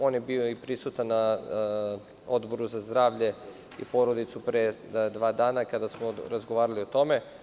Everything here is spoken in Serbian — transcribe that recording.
On je bio prisutan na Odboru za zdravlje i porodicu pre dva dana, kada smo razgovarali o tome.